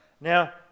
Now